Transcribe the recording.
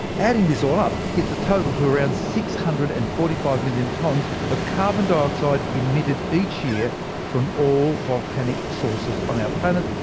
adding this all up gets the total to around six hundred and forty five million tonnes of carbon dioxide emitted each year from all volcanic sources on our planet.